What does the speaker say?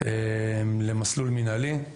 למסלול מינהלי.